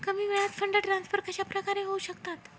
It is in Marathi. कमी वेळात फंड ट्रान्सफर कशाप्रकारे होऊ शकतात?